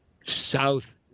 south